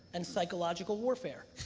and psychological warfare.